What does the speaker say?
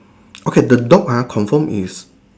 okay the dog ah confirm is